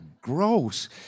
gross